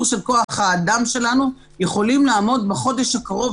של כוח-האדם שלנו יכולים לעמוד בחודש הקרוב,